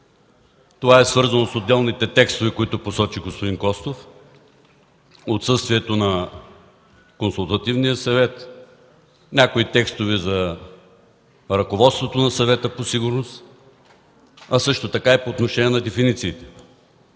Това е свързано с отделните текстове, които посочи господин Костов – отсъствието на Консултативния съвет, някои текстове за ръководството на Съвета по сигурност, а също така и по отношение на дефинициите.